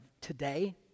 today